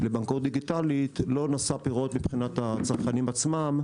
לבנקאות דיגיטלית לא נשאה פירות מבחינת הצרכנים עצמם.